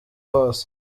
wose